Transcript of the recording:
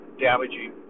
damaging